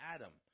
Adam